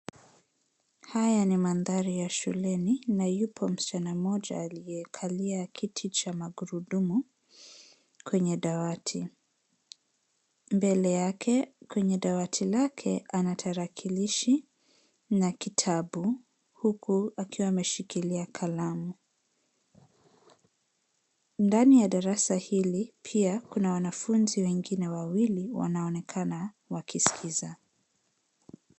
Haya ni mandhari ya shuleni na yupo msichana mmoja aliyekalia kiti cha magurudumu kwenye dawati. Mbele yake, kwenye dawati lake, ana tarakilishi na kitabu huku akiwa ameshikilia kalamu. Ndani ya darasa hili, pia kuna wanafunzi wengine wawili wanaonekana wakisikiza.